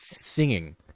singing